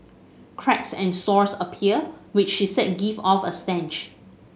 cracks and sores appear which she said give off a stench